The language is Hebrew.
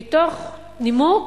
בנימוק